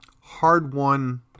hard-won